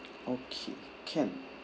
okay can